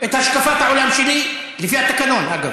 את השקפת העולם שלי, לפי התקנון, אגב.